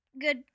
good